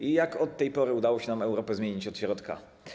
I jak od tej pory udało się nam Europę zmienić od środka?